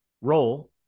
role